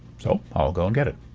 so, i'll go and get it.